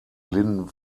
blinden